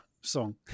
song